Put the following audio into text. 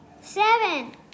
seven